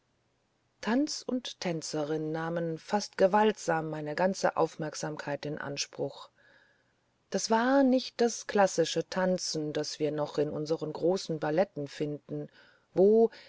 tanz und tänzerin nahmen fast gewaltsam meine ganze aufmerksamkeit in anspruch das war nicht das klassische tanzen das wir noch in unseren großen balletten finden wo